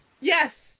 Yes